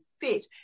fit